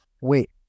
Wait